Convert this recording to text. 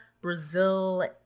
brazil